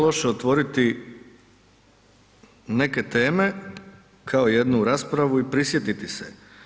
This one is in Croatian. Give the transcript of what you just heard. Nije loše otvoriti neke teme kao jednu raspravu i prisjetiti se.